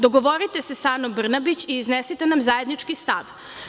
Dogovorite se sa Anom Brnabić i iznesite nam zajednički stav.